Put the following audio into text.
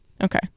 Okay